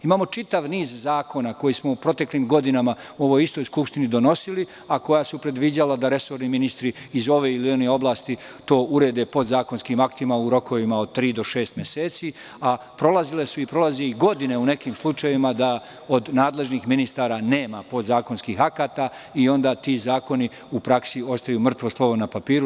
Imamo čitav niz zakona koje smo u proteklim godinama u ovoj istoj skupštini donosili, a koja su predviđala da resorni ministri iz ove ili one oblasti to urede podzakonskim aktima u rokovima od tri do šest meseci, a prolazile su i prolaze i godine u nekim slučajevima, da od nadležnih ministara nema podzakonskih akata, i onda ti zakoni u praksi ostaju mrtvo slovo na papiru.